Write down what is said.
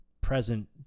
present